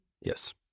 Yes